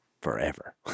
forever